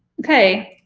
okay,